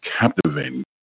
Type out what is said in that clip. captivating